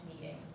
meeting